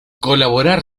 colaborar